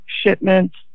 shipments